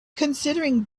considering